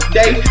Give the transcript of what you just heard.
day